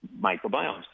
microbiomes